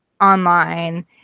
online